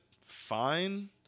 fine